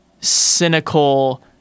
cynical